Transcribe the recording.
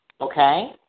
okay